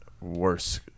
worse